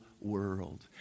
world